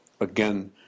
Again